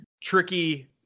tricky